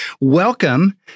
Welcome